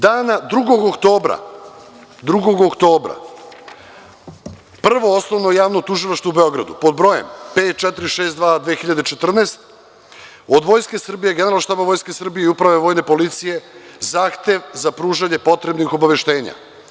Dana 2. oktobra Prvo osnovno javno tužilaštvo u Beogradu pod broj 54622014. od Vojske Srbije i Generalnog štaba Vojske Srbije i uprave vojne policije -zahtev za pružanje potrebnih obaveštenja.